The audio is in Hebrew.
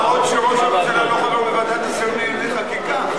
מה עוד שראש הממשלה לא חבר בוועדת השרים לענייני חקיקה.